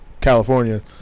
California